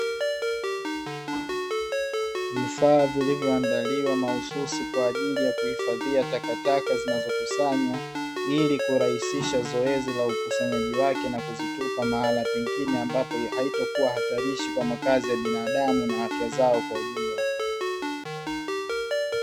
Vifaa vilivyoandaliwa mahususi kwa ajili ya kuhifadhia takataka zinazokusanywa, ili kurahisisha zoezi la ukusanyaji wake na kuzitupa mahala pengine ambapo haitakuwa hatarishi kwa makazi ya binadamu na afya zao kiwa ujumla.